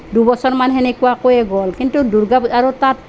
দুবছৰমান সেনেকুৱাকৈয়ে গ'ল কিন্তু আৰু তাত